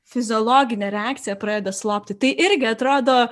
fiziologinė reakcija pradeda slopti tai irgi atrodo